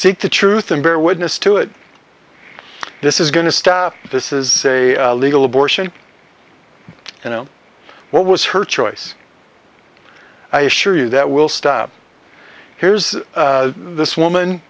seek the truth and bear witness to it this is going to stop this is a legal abortion you know what was her choice i assure you that will stop here's this woman